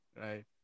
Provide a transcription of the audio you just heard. right